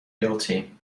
guilty